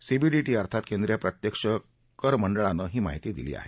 CBDT अर्थात केंद्रीय प्रत्यक्ष कर मंडळानं ही माहिती दिली आहे